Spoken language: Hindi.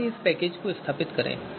आइए इस पैकेज को स्थापित करें